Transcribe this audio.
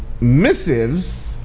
missives